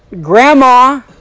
grandma